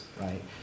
right